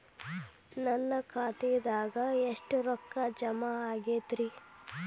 ನನ್ನ ಖಾತೆದಾಗ ಎಷ್ಟ ರೊಕ್ಕಾ ಜಮಾ ಆಗೇದ್ರಿ?